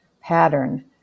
pattern